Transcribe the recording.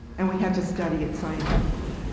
and we had to study it scientifically.